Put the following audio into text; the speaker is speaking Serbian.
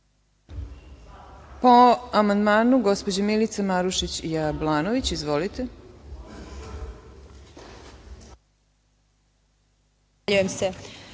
Po amandmanu gospođa Milica Marušić Jablanović. Izvolite.